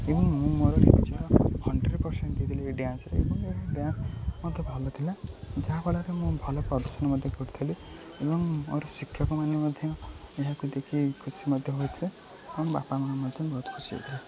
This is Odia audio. ଏବଂ ମୁଁ ମୋର ନିଜ ହଣ୍ଡ୍ରେଡ଼ ପରସେଣ୍ଟ ଦେଇଦେଲି ଏ ଡ୍ୟାନ୍ସରେ ଡ୍ୟାନ୍ସ ମୋତେ ଭଲ ଥିଲା ଯାହାଫଳରେ ମୁଁ ଭଲ ପ୍ରଦର୍ଶନ ମଧ୍ୟ କରିଥିଲି ଏବଂ ମୋର ଶିକ୍ଷକମାନେ ମଧ୍ୟ ଏହାକୁ ଦେଖି ଖୁସି ମଧ୍ୟ ହୋଇଥିଲେ ମୋ ବାପା ମା' ମଧ୍ୟ ବହୁତ ଖୁସି ହେଇଥିଲେ